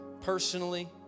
personally